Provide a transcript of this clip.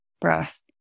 breath